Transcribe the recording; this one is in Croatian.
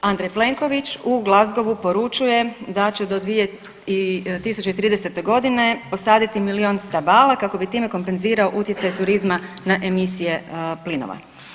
Andrej Plenković u Glasgowu poručuje da će do 2030. godine posaditi milijun stabala kako bi time kompenzirao utjecaj turizma na emisije plinova.